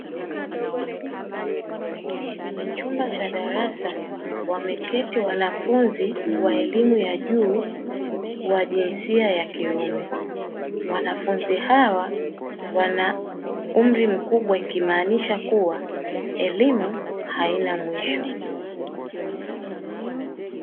Kwenye chumba cha darasa wameketi wanafunzi wa elimu ya juu wa jinsia ya kiume, wanafunzi hawa wana umri mkubwa ikimaanisha kuwa elimu haina mwisho.